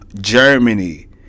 Germany